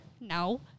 no